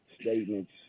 statements